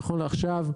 נכון לעכשיו,